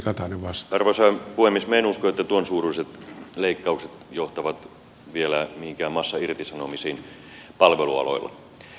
minä en usko että tuon suuruiset leikkaukset johtavat vielä mihinkään massairtisanomisiin palvelualoilla